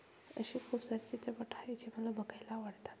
असे खूप सारी चित्रपट आहे जी मला बघायला आवडतात